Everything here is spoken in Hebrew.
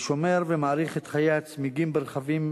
שומר ומאריך את חיי הצמיגים ברכבים,